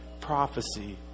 prophecy